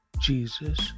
Jesus